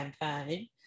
campaign